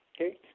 okay